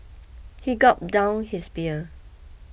he gulped down his beer